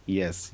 yes